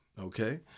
okay